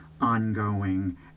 ongoing